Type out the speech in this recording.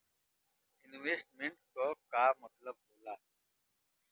Investment क का मतलब हो ला?